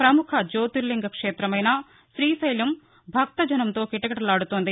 ప్రముఖ జ్యోతిర్లింగ క్షేతమైన గ్రీశైలం భక్తజనంతో కిటకిటలాడుతోంది